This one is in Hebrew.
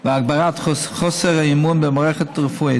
והגברת חוסר האמון במערכת הרפואית.